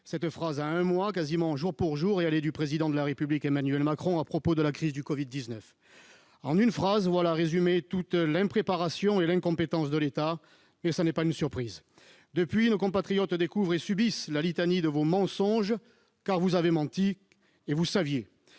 Cette phrase a un mois, quasiment jour pour jour. Elle est du Président de la République, Emmanuel Macron, à propos de la crise du Covid-19. En une phrase, voilà résumées toute l'impréparation et l'incompétence de l'État, mais ce n'est pas une surprise. Depuis lors, nos compatriotes découvrent et subissent la litanie de vos mensonges, car vous avez menti, et vous saviez !